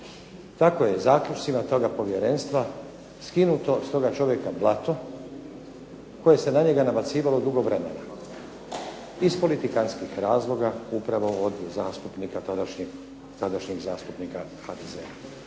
Tako je zaključcima toga povjerenstvo skinuto s toga čovjeka blato koje se na njega nabacivalo dugo vremena, iz politikantskih razloga upravo tadašnjih zastupnika HDZ-a.